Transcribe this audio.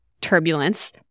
turbulence